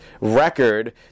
record